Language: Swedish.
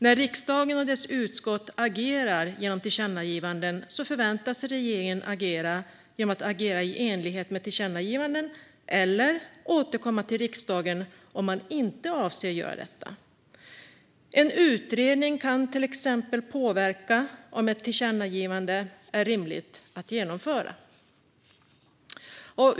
När riksdagen och dess utskott agerar genom tillkännagivanden förväntas regeringen agera genom att agera i enlighet med tillkännagivandet eller återkomma till riksdagen om man inte avser att göra detta. En utredning, till exempel, kan påverka om ett tillkännagivande är rimligt att genomföra.